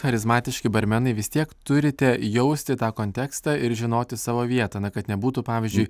charizmatiški barmenai vis tiek turite jausti tą kontekstą ir žinoti savo vietą na kad nebūtų pavyzdžiui